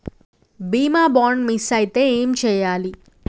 బీమా bond miss అయితే ఏం చేయాలి?